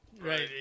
right